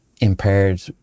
impaired